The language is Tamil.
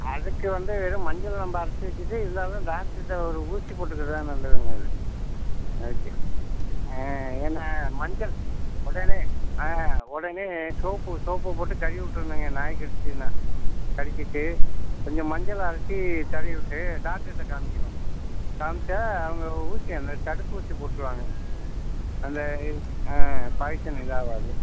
அதுக்கு வந்து வெறும் மஞ்சள் நம்ம அரைத்து வச்சுட்டு இருந்தாலும் டாக்டர்கிட்ட ஒரு ஊசி போட்டுக்கிறது தான் நல்லதுங்க அது அதுக்கு ஆ ஏன்னால் மஞ்சள் உடனே ஆ உடனே சோப்பு சோப்புப் போட்டு கழுவி விட்டுண்ணுங்க நாய் கடிச்சுதுன்னா கழுவிட்டு கொஞ்சம் மஞ்சள் அரைச்சி கழுவி விட்டு டாக்டர்கிட்ட காமிக்கணும் காமிச்சால் அவங்க ஊசி அந்தத் தடுப்பூசி போட்டுருவாங்க அந்த பாய்சன் இதாவது